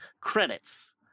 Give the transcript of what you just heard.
credits